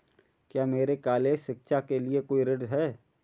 क्या मेरे कॉलेज शिक्षा के लिए कोई ऋण है?